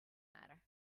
matter